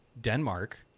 Denmark